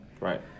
Right